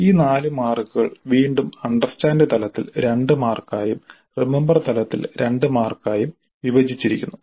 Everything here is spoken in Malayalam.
ഈ 4 മാർക്കുകൾ വീണ്ടും അണ്ടർസ്റ്റാൻഡ് തലത്തിൽ 2 മാർക്കായും റിമമ്പർ തലത്തിൽ 2 മാർക്കായും വിഭജിച്ചിരിക്കുന്നു